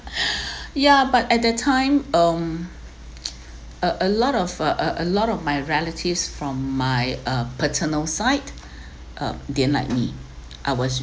ya but at that time um uh a lot of uh a lot of my relatives from my uh paternal side uh didn't like me I was